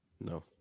No